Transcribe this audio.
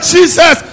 Jesus